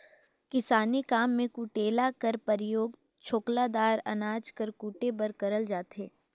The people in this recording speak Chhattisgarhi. किसानी काम मे कुटेला कर परियोग छोकला दार अनाज ल कुटे बर करल जाथे